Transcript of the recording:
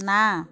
ନା